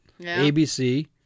ABC